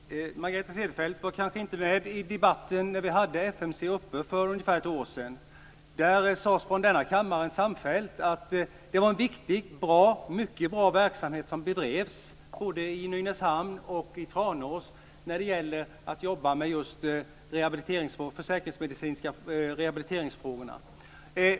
Fru talman! Margareta Cederfelt kanske inte deltog när vi debatterade FMC för ungefär ett år sedan. Då sades det från denna kammare samfällt att det var en viktig och mycket bra verksamhet som bedrevs både i Nynäshamn och i Tranås när det gällde att jobba med just de försäkringsmedicinska rehabiliteringsfrågorna.